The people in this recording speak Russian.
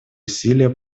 усилия